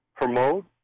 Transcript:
promote